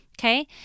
Okay